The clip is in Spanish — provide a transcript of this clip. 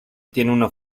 tiene